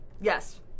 Yes